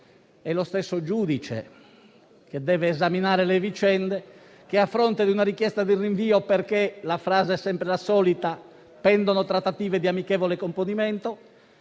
e lo stesso deve esaminare le vicende, a fronte di una richiesta di rinvio perché - la frase è sempre la solita - pendono trattative di amichevole componimento,